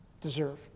deserve